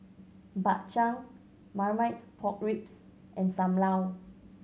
Bak Chang Marmite Pork Ribs and Sam Lau